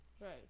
Right